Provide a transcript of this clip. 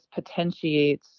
potentiates